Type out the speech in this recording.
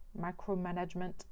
micromanagement